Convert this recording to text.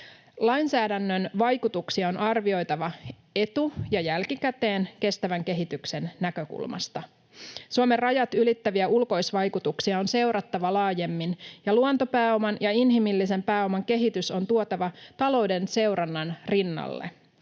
Lainsäädännön vaikutuksia on arvioitava etu‑ ja jälkikäteen kestävän kehityksen näkökulmasta. Suomen rajat ylittäviä ulkoisvaikutuksia on seurattava laajemmin, ja luontopääoman ja inhimillisen pääoman kehitys on tuotava talouden seurannan rinnalle.